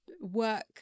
work